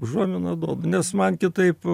užuominą duodu nes man kitaip